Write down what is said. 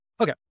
Okay